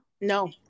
no